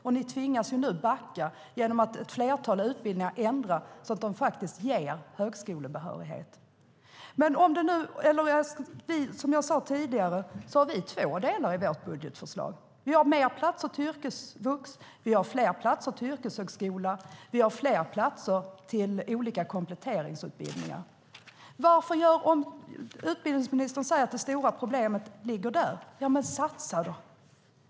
Och ni tvingas nu backa genom att ett flertal utbildningar ändras så att de ger högskolebehörighet. Som jag sade tidigare har vi två delar i vårt budgetförslag. Vi har fler platser till yrkesvux. Vi har fler platser till yrkeshögskola. Vi har fler platser till olika kompletteringsutbildningar. Utbildningsministern säger att det stora problemet ligger där. Ja, men satsa då!